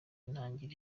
ntangira